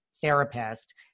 therapist